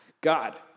God